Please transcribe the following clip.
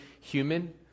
human